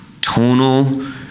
tonal